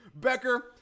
Becker